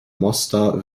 mostar